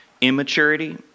immaturity